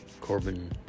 Corbin